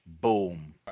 Boom